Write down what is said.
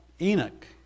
Enoch